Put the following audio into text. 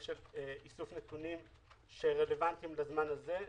של איסוף נתונים שרלוונטיים לזמן הזה,